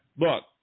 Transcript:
look